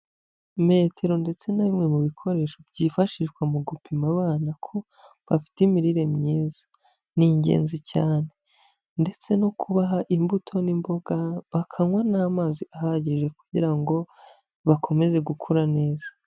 Metero ndetse na bimwe mu bikoresho byifashishwa mu gupima abana ko bafite imirire myiza, ni ingenzi cyane ndetse no kubaha imbuto n'imboga bakanywa n'amazi ahagije kugira ngo bakomeze gukura neza.